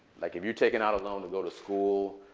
like, if you're taking out a loan to go to school,